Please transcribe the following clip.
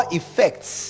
effects